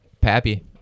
Pappy